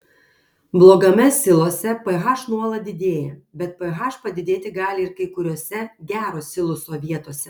blogame silose ph nuolat didėja bet ph padidėti gali ir kai kuriose gero siloso vietose